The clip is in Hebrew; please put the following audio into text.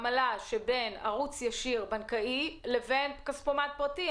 עמלה של ערוץ בנקאי ישיר לבין כספומט פרטי?